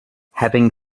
having